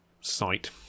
site